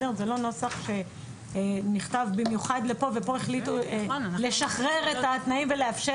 זה לא נוסח שנכתב במיוחד לפה ופה החליטו לשחרר את התנאים ולאפשר